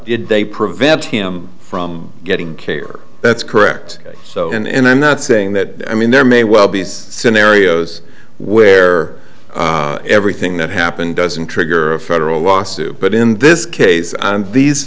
did they prevent him from getting care that's correct so and i'm not saying that i mean there may well be scenarios where everything that happened doesn't trigger a federal lawsuit but in this case on these